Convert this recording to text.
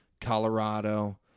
Colorado